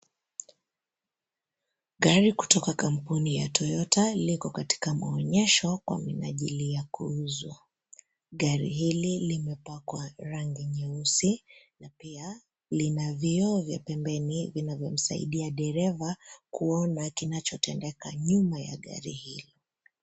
Gari kutoka kampuni ya Toyota liko katika maonyesho kwa minajili ya kuuzwa. Gari hili limepakwa rangi nyeusi na pia lina vioo vya pembeni vinayomsaidia dereva kuona kinachotendeka nyuma ya gari hilo.